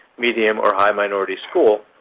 medium, or high-minority school,